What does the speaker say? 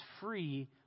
free